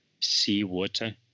seawater